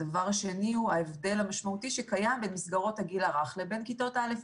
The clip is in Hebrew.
הדבר השני הוא ההבדל המשמעותי שקיים בין מסגרות הגיל הרך לבין כיתות א',